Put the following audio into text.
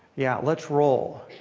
yeah, let's roll.